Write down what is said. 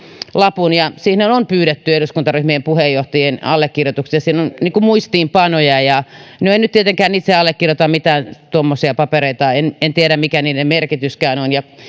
lapun ja siihenhän on pyydetty eduskuntaryhmien puheenjohtajien allekirjoitukset siinä on muistiinpanoja en tietenkään itse allekirjoita mitään tuommoisia papereita en en tiedä mikä niiden merkityskään on